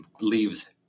leaves